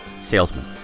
Salesman